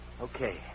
Okay